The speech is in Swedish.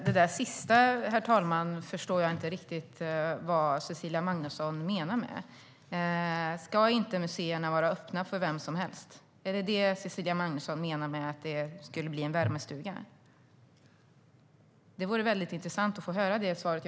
Herr talman! Det där sista förstår jag inte riktigt vad Cecilia Magnusson menar med. Ska inte museerna vara öppna för vem som helst? Är det vad Cecilia Magnusson menar med att det skulle bli en värmestuga? Det vore väldigt intressant att få höra det svaret.